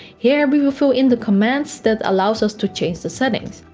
here we will fill in the commands that allow so us to change the settings.